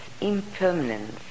impermanence